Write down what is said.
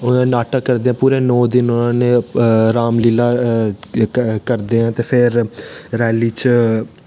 ओह्दा नाटक करदे पूरे नौ दिन उनां ने राम लीलाकरदे ऐं ते फिर रैली च